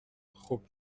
خوب